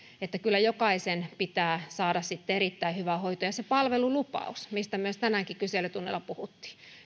että kyllä jokaisen pitää saada sitten erittäin hyvä hoito ja on se palvelulupaus mistä tänäänkin kyselytunnilla puhuttiin